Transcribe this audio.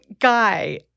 Guy